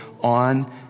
on